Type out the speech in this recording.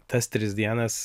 tas tris dienas